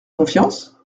confiance